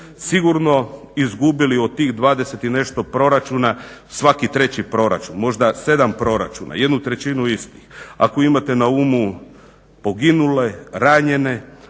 sigurno izgubili od tih 20 i nešto proračuna, svaki treći proračun, možda sedam proračuna, jednu trećinu istih, ako imate na umu poginule, ranjene,